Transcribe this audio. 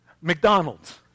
McDonald's